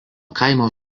kaimo